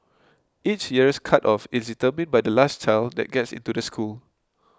each year's cut off is determined by the last child that gets into the school